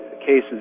cases